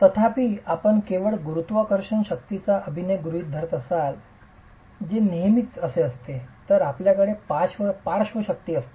तथापि आपण केवळ गुरुत्वाकर्षण शक्तींचा अभिनय गृहित धरत असाल जे नेहमीच असे नसते तर आपल्याकडे पार्श्व शक्ती असतात